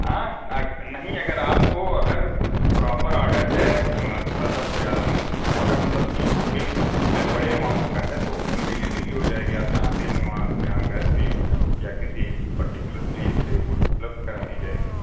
हाँ अग नहीं अगर आपको अगर प्रोपेर ऑर्डर है थोड़ा सा जा क्वाटर मतलब कि बिल बड़े अमाउन्ट का है तो होम डिलीवरी भी हो जाएगी आप जहाँ कहेंगे वहाँ आपके यहाँ घर पर या किसी पर्टीकुलर प्लेस पर वो उपलब्ध करा दी जाएगी